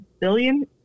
billion